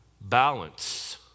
balance